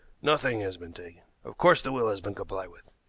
nothing has been taken. of course the will has been complied with.